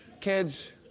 kids